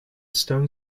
stone